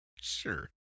Sure